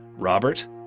Robert